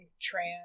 trans